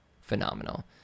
phenomenal